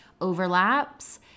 overlaps